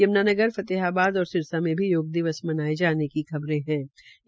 यमूनानगर फतेहबाद और सिरसा में भी योग दिवस मनाये जाने की खबरें मिली है